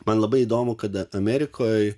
man labai įdomu kada amerikoj